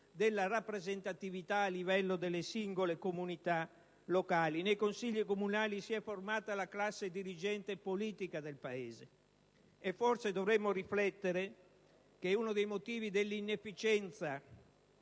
della rappresentatività a livello delle singole comunità locali. Nei consigli comunali si è formata la classe dirigente politica del Paese e forse dovremmo riflettere sul fatto che uno dei motivi dell'inefficienza